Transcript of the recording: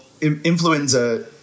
influenza